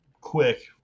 quick